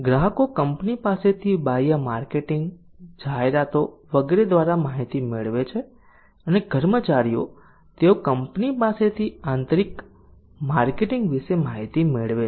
ગ્રાહકો કંપની પાસેથી બાહ્ય માર્કેટિંગ જાહેરાતો વગેરે દ્વારા માહિતી મેળવે છે અને કર્મચારીઓ તેઓ કંપની પાસેથી આંતરિક માર્કેટિંગ વિશે માહિતી મેળવે છે